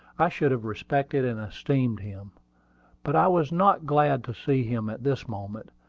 i should have respected and esteemed him but i was not glad to see him at this moment.